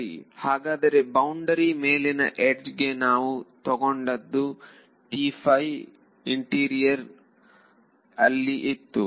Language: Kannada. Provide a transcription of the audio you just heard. ಸರಿ ಹಾಗಾದರೆ ಬೌಂಡರಿ ಮೇಲಿನ ಯಡ್ಜ್ ಗೆ ನಾವು ತಗೊಂಡದ್ದು ಇಂಟೀರಿಯರ್ ಅಲ್ಲಿ ಇತ್ತು